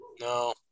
No